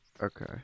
Okay